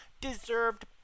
deserved